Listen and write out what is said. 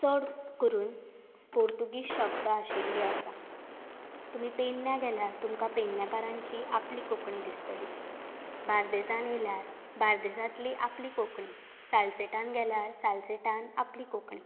चड करून पोर्तुगीज शब्द आशिल्ले आसात तुमी पेडण्या गेल्यार तुमकां पेडण्याकारांची आपली कोंकणी दिसतली बार्देसान येयल्यार बार्देसांतली आपली कोंकणी सालसेतान गेल्यार सालसेतान आपली कोंकणी